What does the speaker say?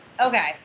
Okay